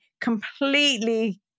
completely